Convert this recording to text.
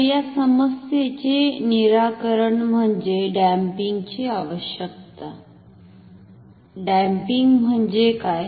तर या समस्येचे निराकरण म्हणजेच डॅम्पिंगची आवश्यकता डॅम्पिंग म्हणजे काय